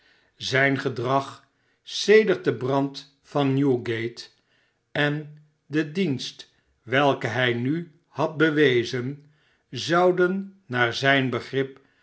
zijn gedrag sedert den brand van newgate en de dienst welken hij nu had bewezen zouden naar zijn begrip